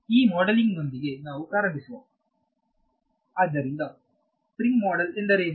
ಈ ಮಾಡೆಲಿಂಗ್ನ ದೊಂದಿಗೆ ನಾವು ಪ್ರಾರಂಭಿಸುವ ಆದ್ದರಿಂದ ಸ್ಪ್ರಿಂಗ್ ಮಾಡೆಲ್ ಎಂದರೇನು